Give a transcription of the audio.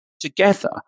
together